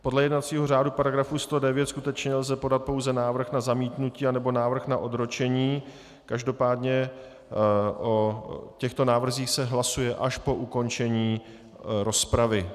Podle jednacího řádu § 109 skutečně lze podat pouze návrh na zamítnutí anebo návrh na odročení, každopádně o těchto návrzích se hlasuje až po ukončení rozpravy.